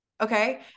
Okay